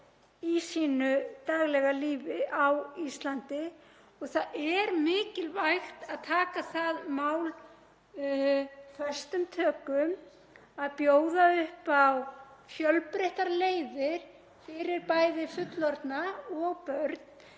í sínu daglega lífi á Íslandi. Það er mikilvægt að taka það mál föstum tökum að bjóða upp á fjölbreyttar leiðir fyrir bæði fullorðna og börn